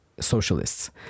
socialists